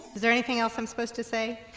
is there anything else i'm supposed to say